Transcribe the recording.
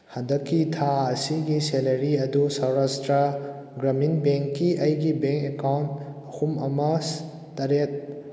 ꯍꯟꯗꯛꯀꯤ ꯊꯥ ꯑꯁꯤꯒꯤ ꯁꯦꯂꯔꯤ ꯑꯗꯨ ꯁꯥꯎꯔꯁꯇ꯭ꯔꯥ ꯒ꯭ꯔꯃꯤꯟ ꯕꯦꯡꯀꯤ ꯑꯩꯒꯤ ꯕꯦꯡ ꯑꯦꯀꯥꯎꯟ ꯑꯍꯨꯝ ꯑꯃ ꯇꯔꯦꯠ